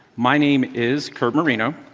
my name is curt moreno.